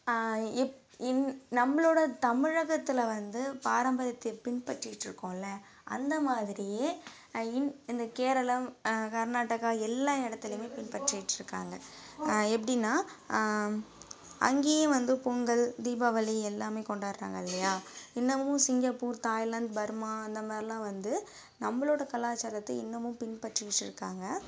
எப்போ என் நம்மளோடய தமிழகத்தில் வந்து பாரம்பரியத்தை பின்பற்றிகிட்டு இருக்கோம்லே அந்த மாதிரியே இங்கே இந்த கேரளம் கர்நாடகா எல்லா இடத்துலையுமே பின்பற்றிகிட்டு இருக்காங்கள் எப்படின்னா அங்கேயும் வந்து பொங்கல் தீபாவளி எல்லாமே கொண்டாடுகிறாங்க இல்லையா இன்னமும் சிங்கப்பூர் தாய்லாந்த் பர்மா அந்த மாதிரிலாம் வந்து நம்மளோடய கலாச்சாரத்தை இன்னமும் பின்பற்றிக்கிட்டு இருக்காங்கள்